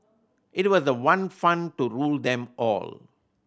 it was the one fund to rule them all